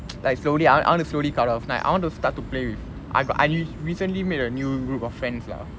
like slowly I want I want to slowly cut off like I want to start to play with I got I recently made a new group of friends lah